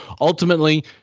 ultimately